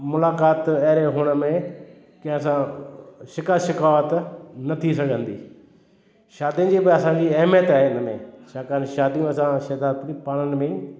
मुलाक़ात अहिड़े हुन में की असां शिखा शिकावत न थी सघंदी शादियुनि जी बि असांजी अहमियत आहे हिन में छाकाणि शादियूं असां शहदादपुर पाण में ई